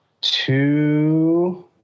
two